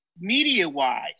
Media-wise